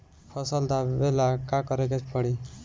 फसल दावेला का करे के परी?